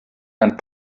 and